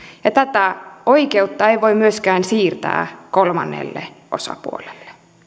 ja tätä oikeutta ei voi myöskään siirtää kolmannelle osapuolelle